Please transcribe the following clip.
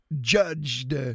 judged